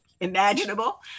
imaginable